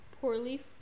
poorly